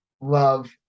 love